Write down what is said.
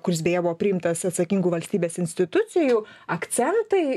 kuris beje buvo priimtas atsakingų valstybės institucijų akcentai